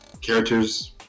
characters